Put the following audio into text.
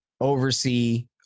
oversee